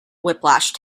whiplash